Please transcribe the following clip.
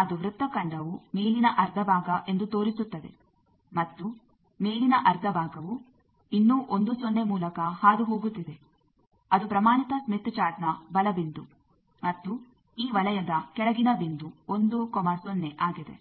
ಅದು ವೃತ್ತಖಂಡವು ಮೇಲಿನ ಅರ್ಧ ಭಾಗ ಎಂದು ತೋರಿಸುತ್ತದೆ ಮತ್ತು ಮೇಲಿನ ಅರ್ಧ ಭಾಗವು ಇನ್ನೂ 10 ಮೂಲಕ ಹಾದುಹೋಗುತ್ತಿದೆ ಅದು ಪ್ರಮಾಣಿತ ಸ್ಮಿತ್ ಚಾರ್ಟ್ನ ಬಲ ಬಿಂದು ಮತ್ತು ಈ ವಲಯದ ಕೆಳಗಿನ ಬಿಂದು 10 ಆಗಿದೆ